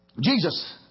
Jesus